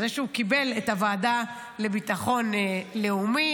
על זה שהוא קיבל את הוועדה לביטחון לאומי.